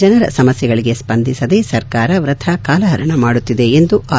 ಜನರ ಸಮಸ್ಥೆಗಳಿಗೆ ಸ್ವಂದಿಸದೆ ಸರ್ಕಾರ ವೃಥಾ ಕಾಲಹರಣ ಮಾಡುತ್ತಿದೆ ಎಂದು ಆರ್